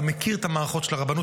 מכיר את המערכות של הרבנות,